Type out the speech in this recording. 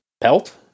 pelt